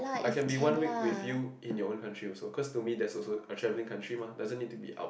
I can be one week with you in your own countries also cause to me that's also a travelling country mah doesn't need to be out